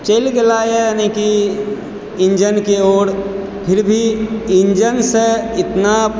चलि गेला यानी कि इंजनके ओर फिर भी इंजनसँ इतना